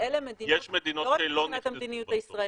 לא מבחינת המדיניות הישראלית.